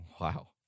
wow